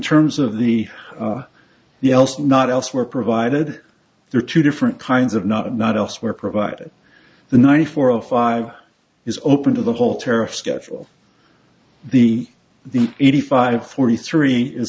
terms of the else not elsewhere provided there are two different kinds of not and not elsewhere provided the ninety four of five is open to the whole tariff schedule the the eighty five forty three is